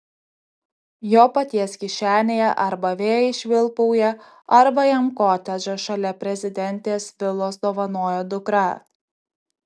jo paties kišenėje arba vėjai švilpauja arba jam kotedžą šalia prezidentės vilos dovanojo dukra